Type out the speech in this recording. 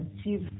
achieve